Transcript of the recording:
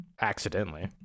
Accidentally